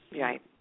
Right